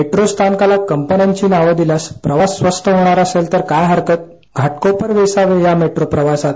metro स्थानकाना कंपन्यांची नावं दिल्यानं प्रवास स्वास्स्त होणार असेल तर काय हरकत घाटकोपर वेसावे या मेटो प्रवासात